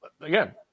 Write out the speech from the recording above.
again